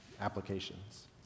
applications